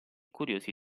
curiosi